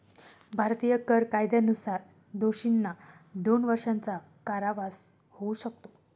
भारतीय कर कायद्यानुसार दोषींना दोन वर्षांचा कारावास होऊ शकतो